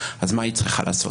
אז מה היא צריכה לעשות?